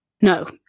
No